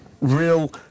real